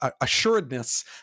assuredness